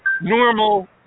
normal